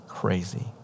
Crazy